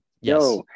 yes